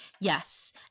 Yes